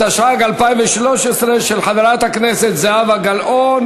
17 בעד, אחד נמנע.